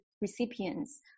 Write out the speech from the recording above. recipients